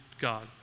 God